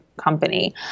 company